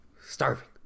Starving